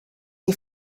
die